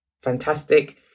fantastic